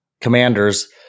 commanders